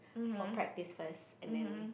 for practice and then